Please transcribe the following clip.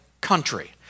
country